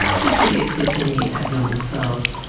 yeah to see if there's any abnormal cells.